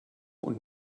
und